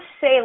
say